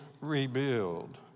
rebuild